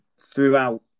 throughout